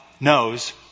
knows